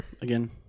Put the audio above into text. again